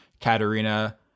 Katerina